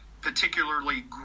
particularly